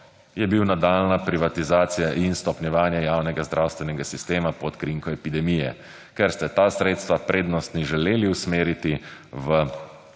je bil nadaljnja privatizacija in stopnjevanje javnega zdravstvenega sistema pod krinko epidemije, ker ste ta sredstva prednostno želeli usmeriti v